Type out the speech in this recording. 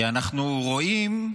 כי אנחנו רואים,